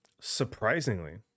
Surprisingly